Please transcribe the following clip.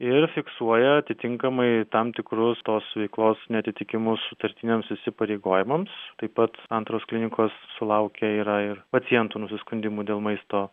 ir fiksuoja atitinkamai tam tikrus tos veiklos neatitikimų sutartiniams įsipareigojimams taip pat santaros klinikos sulaukia yra ir pacientų nusiskundimų dėl maisto